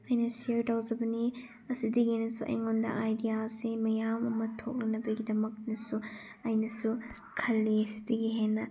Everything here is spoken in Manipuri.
ꯑꯩꯅ ꯁꯤꯌꯔ ꯇꯧꯖꯕꯅꯤ ꯑꯁꯤꯗꯒꯤ ꯍꯦꯟꯅꯁꯨ ꯑꯩꯉꯣꯟꯗ ꯑꯥꯏꯗꯤꯌꯥꯁꯤ ꯃꯌꯥꯝ ꯑꯃ ꯊꯣꯛꯂꯛꯅꯕꯒꯤꯗꯃꯛꯇꯁꯨ ꯑꯩꯅꯁꯨ ꯈꯜꯂꯤ ꯁꯤꯗꯒꯤ ꯍꯦꯟꯅ